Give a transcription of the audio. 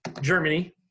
Germany